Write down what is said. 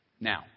Now